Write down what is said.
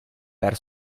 per